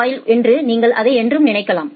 வாயில் என்று நீங்கள் அதை என்று நினைக்கலாம்